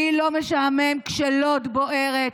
לי לא משעמם כשלוד בוערת,